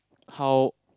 how